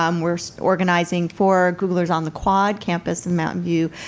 um we're organizing for googlers on the quad campus in mountain view,